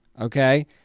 Okay